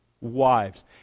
wives